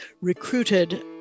recruited